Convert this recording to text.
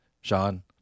Sean